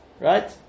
Right